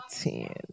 ten